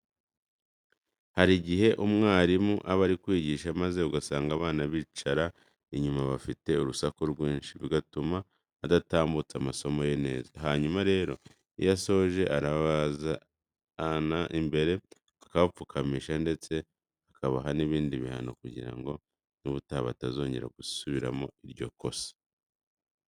Hari igihe umwarimu aba ari kwigisha maze ugasanga abana bicara inyuma bafite urusaku rwinshi bigatuma adatambutsa amasomo ye neza. Hanyuma rero iyo asoje arabazana imbere akabapfukamisha ndetse akabaha n'ibindi bihano kugira ngo n'ubutaha batazongera gusubiramo iryo kosa.